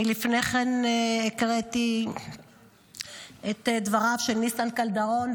לפני כן הקראתי את דבריו של ניסן קלדרון,